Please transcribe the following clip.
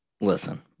listen